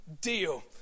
deal